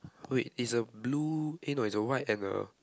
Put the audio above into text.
wait is a blue eh no it's a white and a